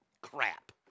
Crap